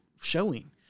showing